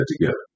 together